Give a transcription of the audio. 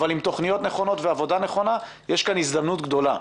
אבל עם תוכניות נכונות ועבודה נכונה יש כאן הזדמנות גדולה.